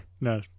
no